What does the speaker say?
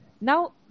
Now